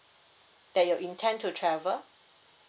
that you intend to travel